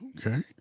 Okay